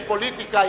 יש פוליטיקה,